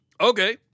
Okay